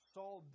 Saul